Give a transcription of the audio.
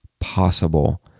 possible